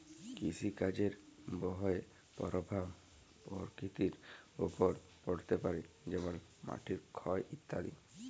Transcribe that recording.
কৃষিকাজের বাহয়ে পরভাব পরকৃতির ওপর পড়তে পারে যেমল মাটির ক্ষয় ইত্যাদি